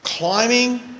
Climbing